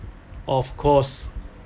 of course